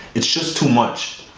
it's just too much.